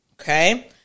Okay